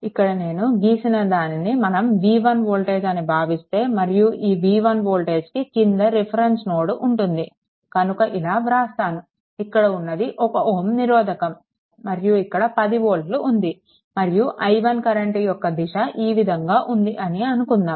ఇక్కడ నేను గీసిన దానిని మనం v1 వోల్టేజ్ అని భావిస్తే మరియు ఈ v1 వోల్టేజ్కి క్రింద రిఫరెన్స్ నోడ్ ఉంటుంది కనుక ఇలా వ్రాస్తాను ఇక్కడ ఉన్నది 1 Ω నిరోధకం మరియు ఇక్కడ 10 వోల్ట్లు ఉంది మరియు i1 కరెంట్ యొక్క దిశ ఈ విధంగా ఉంది అని అనుకుందాము